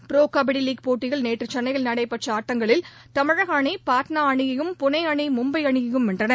bro kabaddi league போட்டியில் நேற்று சென்னையில் நடைபெற்ற ஆட்டங்களில் தமிழக அணி பாட்னா அணியையும் புனே அணி மும்பை அணியையும் வென்றன